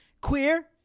Queer